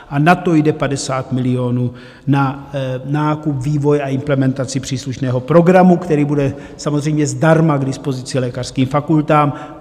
Na to jde 50 milionů, na nákup, vývoj a implementaci příslušného programu, který bude samozřejmě zdarma k dispozici lékařským fakultám.